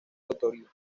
autoría